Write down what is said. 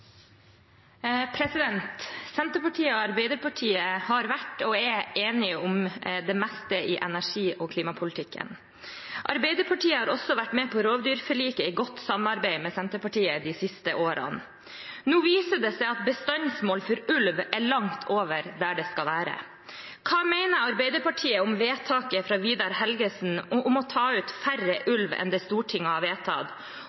utviklingen. Senterpartiet og Arbeiderpartiet har vært, og er, enige om det meste i energi- og klimapolitikken. Arbeiderpartiet har også vært med på rovdyrforliket i godt samarbeid med Senterpartiet de siste årene. Nå viser det seg at bestandsmålet for ulv er langt over det det skal være. Hva mener Arbeiderpartiet om vedtaket fra Vidar Helgesen om å ta ut færre ulv enn det Stortinget har vedtatt?